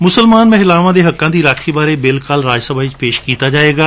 ਮੁਸਲਮਾਨ ਮਹਿਲਾਵਾਂ ਦੇ ਹੱਕਾਂ ਦੀ ਰਾਖੀ ਬਾਰੇ ਬਿੱਲ ਕੱਲ੍ਹ ਰਾਜ ਸਭਾ ਵਿਚ ਪੇਸ਼ ਕੀਤਾ ਜਾਵੇਗਾ